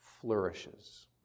flourishes